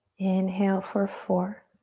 inhale for four,